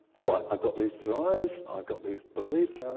ah right i've got these desires, i've got these beliefs, um